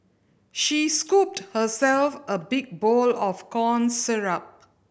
she scooped herself a big bowl of corn